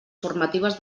formatives